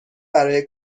برای